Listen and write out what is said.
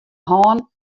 hân